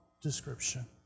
description